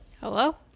hello